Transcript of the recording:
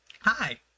hi